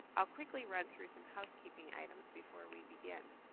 i'll quickly run through some housekeeping items before we begin.